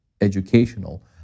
educational